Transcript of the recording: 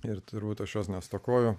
ir turbūt aš jos nestokojo